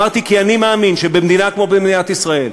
אמרתי: כי אני מאמין שבמדינה כמו מדינת ישראל,